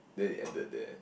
then he ended there